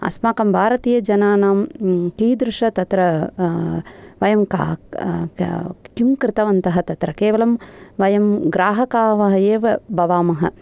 अस्माकं भारतियजनानां कीदृश तत्र वयं किं कृतवन्तः तत्र केवलं वयं ग्राहकाः एव भवामः